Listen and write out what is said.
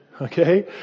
okay